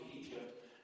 Egypt